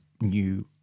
new